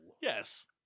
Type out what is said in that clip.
Yes